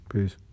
Peace